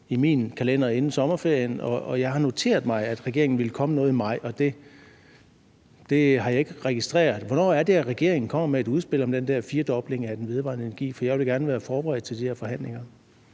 min kalender inden sommerferien – og jeg har noteret mig, at regeringen ville komme med noget i maj, og det har jeg ikke registreret. Hvornår er det, regeringen kommer med et udspil om den der firedobling af den vedvarende energi, for jeg vil gerne være forberedt til de der forhandlinger?